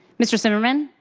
mr. zimmerman,